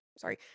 sorry